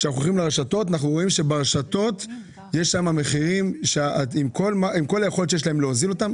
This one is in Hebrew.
כשאנחנו הולכים לרשתות אנחנו רואים שעם כל היכולת שלהן להוזיל מחירים,